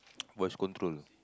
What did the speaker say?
what's going through